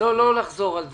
לא לחזור על דברים.